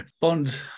Bond